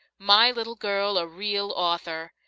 my little girl a real author!